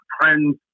friends